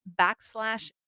backslash